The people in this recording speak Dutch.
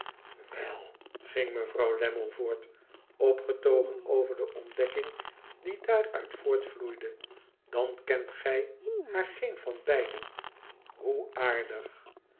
wel ing mevrouw lammie voort opgetogen over de ontdekking die daarmt voorvloeide dan kent gij haar geen van beiden hoe aardig